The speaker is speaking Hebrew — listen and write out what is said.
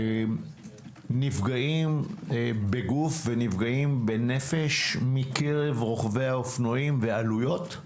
נפגעים בגוף ונפגעים בנפש מקרב רוכבי האופנועים בעלויות?